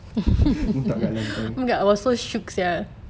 muntah kat lantai